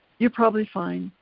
you're probably fine,